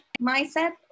mindset